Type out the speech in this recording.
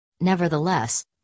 Nevertheless